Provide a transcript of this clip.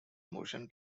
motion